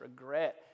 regret